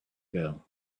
girl